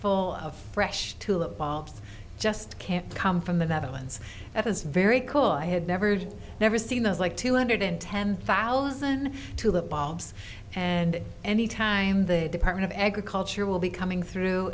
full of fresh tulip bulbs just can't come from the netherlands that is very cool i had never heard never seen those like two hundred ten thousand two lip balms and any time the department of agriculture will be coming through